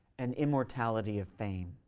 an immortality of fame.